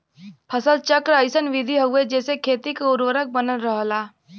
फसल चक्र अइसन विधि हउवे जेसे खेती क उर्वरक बनल रहला